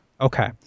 okay